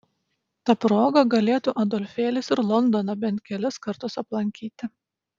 ta proga galėtų adolfėlis ir londoną bent kelis kartus aplankyti